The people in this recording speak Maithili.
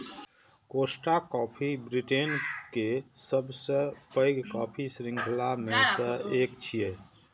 कोस्टा कॉफी ब्रिटेन के सबसं पैघ कॉफी शृंखला मे सं एक छियै